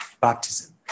baptism